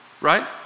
right